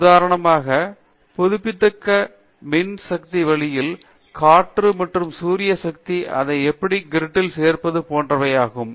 உதாரணமாக புதுப்பிக்கத்தக்க மின்சக்தி வழியில் காற்று மற்றும் சூர்ய சக்தி அதை எப்படி க்ரிட்டில் சேர்ப்பது போன்றவையாகும்